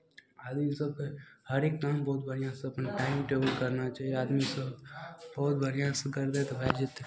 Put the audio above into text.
आदमी सभकेँ हरेक काम बहुत बढ़िआँसँ अपन टाइम टेबुल करना चाहिए बहुत बढ़िआँसँ करबै तऽ भए जेतै